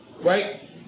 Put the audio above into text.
Right